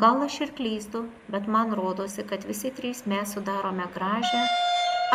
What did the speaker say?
gal aš ir klystu bet man rodosi kad visi trys mes sudarome gražią